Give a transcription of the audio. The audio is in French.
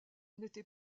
n’était